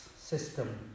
system